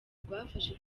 rwafashe